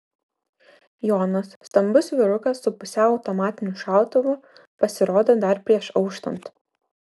jonas stambus vyrukas su pusiau automatiniu šautuvu pasirodo dar prieš auštant